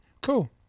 Cool